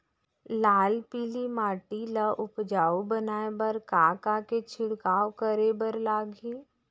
लाल पीली माटी ला उपजाऊ बनाए बर का का के छिड़काव करे बर लागही?